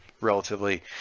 relatively